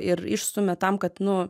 ir išstumia tam kad nu